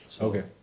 Okay